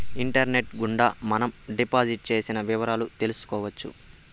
internet గుండా మనం deposit చేసిన వివరాలు తెలుసుకోవచ్చు